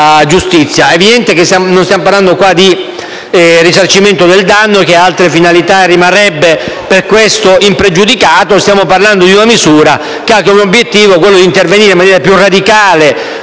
È evidente che non stiamo parlando di risarcimento del danno, che ha altre finalità e rimarrebbe per questo impregiudicato. Stiamo parlando di una misura che ha l'obiettivo di intervenire in maniera più radicale